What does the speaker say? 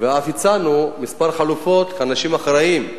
ואף הצענו כמה חלופות, כאנשים אחראיים,